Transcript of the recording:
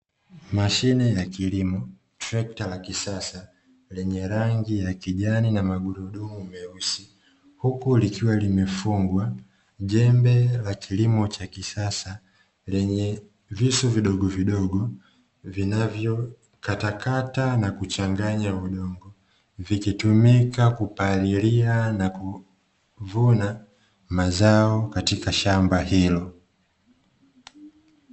Mashine ya kilimo trekta la kisasa lenye rangi ya kijani na magurudumu meusi huku likiwa limefungwa jembe la kilimo cha kisasa lenye visu vidogovidogo vinavyokatakata na kuchanganya udongo vikitumika kupalilia na kuvuna mazao katika shamba hilo.